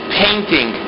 painting